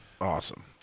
Awesome